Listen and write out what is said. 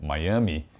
Miami